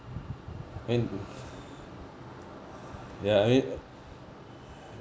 I mean ya I mean